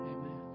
Amen